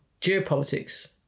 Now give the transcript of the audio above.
geopolitics